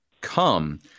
Come